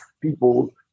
people